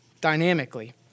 dynamically